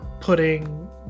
putting